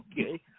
Okay